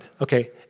Okay